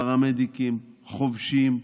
פרמדיקים, חובשים,